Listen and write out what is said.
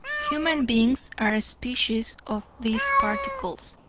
human beings are a species of these particles.